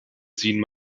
beziehen